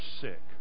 sick